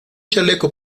chaleco